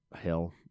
hell